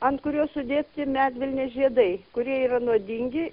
ant kurio sudėti medvilnės žiedai kurie yra nuodingi